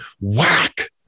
whack